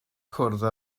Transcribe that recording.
cwrdd